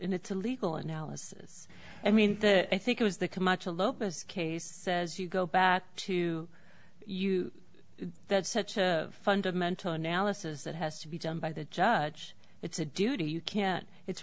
and it's a legal analysis i mean i think it was the camacho locus case says you go back to you that such a fundamental analysis that has to be done by the judge it's a duty you can't it's